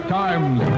times